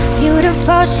beautiful